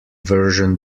version